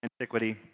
antiquity